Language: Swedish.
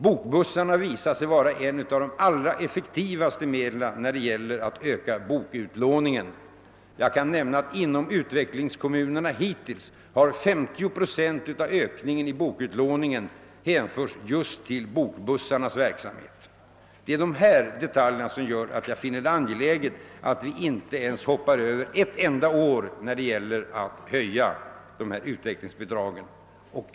Bokbussarna har visat sig vara ett av de effektivaste medlen när det gäller att öka bokutlåningen. Inom utvecklingskommunerna har hittills ca 50 procent av ökningen i bokutlåningen hänfört sig till just bokbussarnas verksamhet. Det är dessa detaljer som gör att jag finner det angeläget att vi inte ett enda år låter bli att höja utvecklingsbidragen.